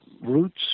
roots